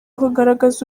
kugaragaza